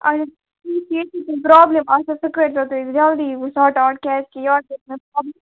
اچھا تُہۍ چھو ییٚتی ؤ پرابلٕم آسٮ۪س سُہ کٔرۍ زٮ۪و تُہۍ جَلدی ؤ ساٹ اوُٹ کیازِ کہِ یورٕ گَژھہِ مےٚ پرابلٕم